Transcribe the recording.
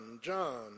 John